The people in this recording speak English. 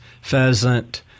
pheasant